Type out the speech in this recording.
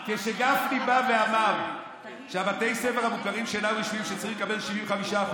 כשגפני בא ואמר שבתי הספר המוכרים שאינם רשמיים צריכים לקבל 75%,